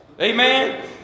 Amen